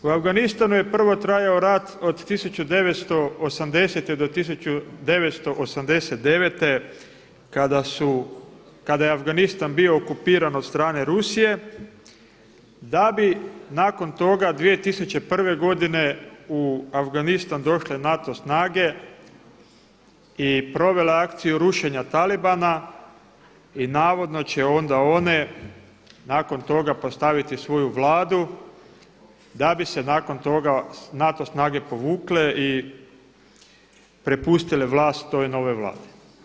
U Afganistanu je prvo trajao rat od 1980. do 1989. kada je Afganistan bio okupiran od strane Rusije da bi nakon toga 2001. godine u Afganistan došle NATO snage i provele akciju rušenja talibana i navodno će onda one nakon toga postaviti svoju Vladu da bi se nakon toga NATO snage povukle i prepustile vlast toj novoj Vladi.